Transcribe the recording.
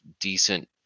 decent